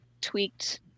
tweaked